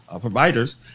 providers